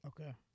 Okay